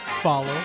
follow